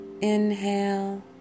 Inhale